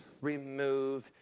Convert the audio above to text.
remove